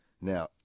Now